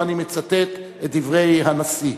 ואני מצטט את דברי הנשיא: